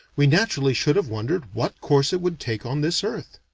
we naturally should have wondered what course it would take on this earth.